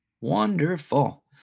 Wonderful